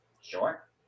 Sure